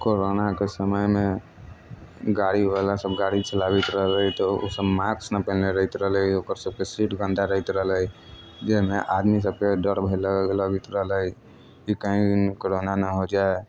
करोनाके समयमे गाड़ीवला सभ गाड़ी चलाबैत रहलै तऽ ओसभ मास्क नहि पहिरैत रहलै ओकरसभके सीट गन्दा रहैत रहलै जाहिमे आदमीसभके डर भय लगैत रहलै कि कहीँ करोना ना हो जाय